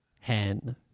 Hen